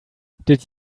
did